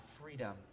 freedom